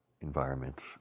environment